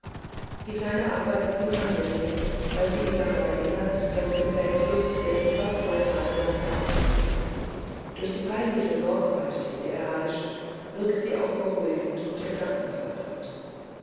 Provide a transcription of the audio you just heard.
die kleine arbeit ist ihm angenehm weil sie ihn daran erinnert daß vincentius jetzt fast zwei tage lang fern ist durch die peinliche sorgfalt die sie erheischt wirkt sie auch beruhigend und